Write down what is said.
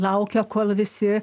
laukia kol visi